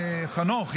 חנוך,